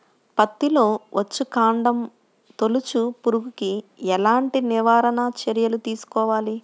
పత్తిలో వచ్చుకాండం తొలుచు పురుగుకి ఎలాంటి నివారణ చర్యలు తీసుకోవాలి?